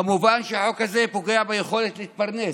כמובן, החוק הזה פוגע ביכולת להתפרנס.